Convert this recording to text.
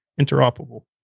interoperable